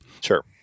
Sure